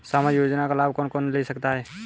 सामाजिक योजना का लाभ कौन कौन ले सकता है?